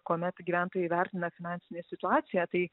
kuomet gyventojai vertina finansinę situaciją tai